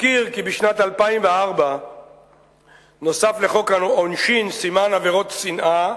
אזכיר כי בשנת 2004 נוסף על חוק העונשין סימן עבירות שנאה,